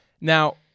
Now